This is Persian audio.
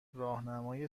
راهنمای